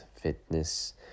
fitness